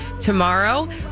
tomorrow